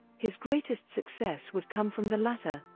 his greatest success would come from the latter,